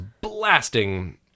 blasting